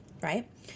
right